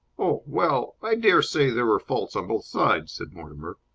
oh, well, i dare say there were faults on both sides, said mortimer.